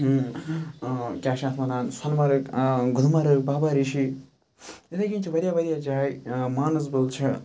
کیاہ چھِ اتھ وَنان سۄنمرگ گُلمرگ بابا ریٖشی اِتھے کنۍ چھِ واریاہ واریاہ جایہِ مانَسبل چھِ